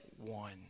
one